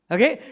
Okay